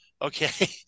Okay